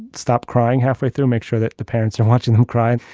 stop crying halfway through, make sure that the parents are watching them cry.